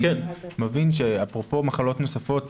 אני מבין שאפרופו מחלות נוספות